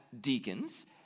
deacons